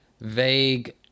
vague